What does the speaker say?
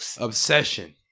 obsession